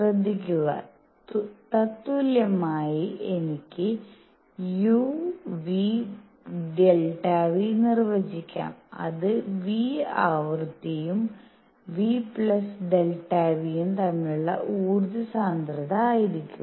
ശ്രദ്ധിക്കുക തത്തുല്യമായി എനിക്ക് uν Δν നിർവചിക്കാം അത് ν ആവൃത്തിയും ν Δν ഉം തമ്മിലുള്ള ഊർജ്ജ സാന്ദ്രത ആയിരിക്കും